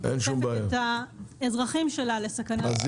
חושפת את האזרחים שלה לסכנת- -- אנחנו